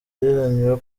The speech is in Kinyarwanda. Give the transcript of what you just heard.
ntangiriro